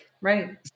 right